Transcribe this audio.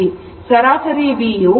ಸರಾಸರಿ V U 0